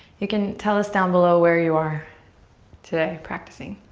you can tell us down below where you are today practicing.